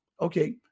okay